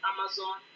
Amazon